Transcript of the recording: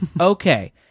Okay